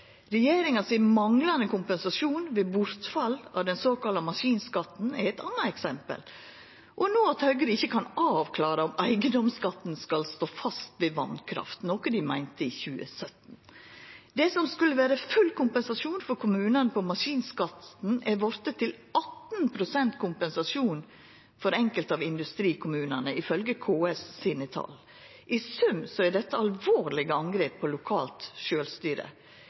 manglande kompensasjon ved bortfall av den såkalla maskinskatten er eit anna eksempel. Og Høgre kan ikkje avklara om eigedomsskatten skal stå fast ved vasskraft, noko dei meinte i 2017. Det som skulle vera full kompensasjon for kommunane på maskinskatten, er vorte til 18 pst. kompensasjon for enkelte av industrikommunane, ifølgje KS sine tal. I sum er dette alvorlege angrep på lokalt sjølvstyre. Kva skuldast det at Høgre no er vorte motstandar av lokalt sjølvstyre